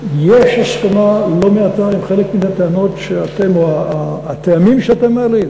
יש הסכמה לא מעטה עם חלק מהטענות או הטעמים שאתם מעלים,